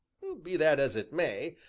be that as it may,